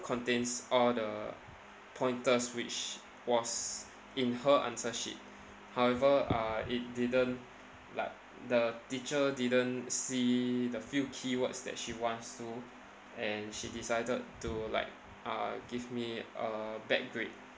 contains all the pointers which was in her answer sheet however uh it didn't like the teacher didn't see the few keywords that she wants to and she decided to like uh give me a bad grade